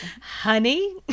honey